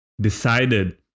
decided